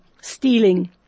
stealing